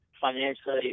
financially